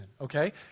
okay